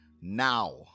now